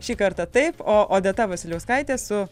šį kartą taip o odeta vasiliauskaitė su